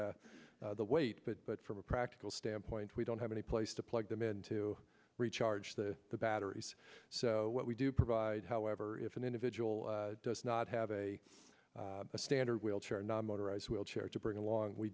of the weight but but from a practical standpoint we don't have any place to plug them in to recharge the batteries so what we do provide however if an individual does not have a standard wheelchair or not motorized wheelchair to bring along we